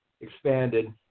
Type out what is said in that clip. expanded